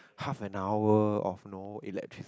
half an hour of no electricity